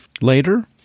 later